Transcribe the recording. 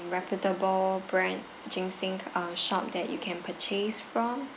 reputable brand ginseng um shop that you can purchase from